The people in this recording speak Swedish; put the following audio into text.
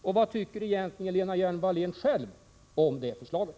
Och vad tycker egentligen Lena Hjelm-Wallén om det förslaget?